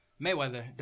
Mayweather